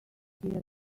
here